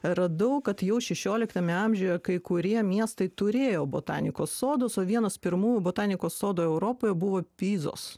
radau kad jau šešioliktame amžiuje kai kurie miestai turėjo botanikos sodus o vienas pirmųjų botanikos sodų europoje buvo pizos